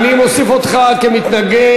אני מוסיף אותך כמתנגד,